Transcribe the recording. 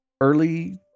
early